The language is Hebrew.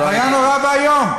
זה היה נורא ואיום.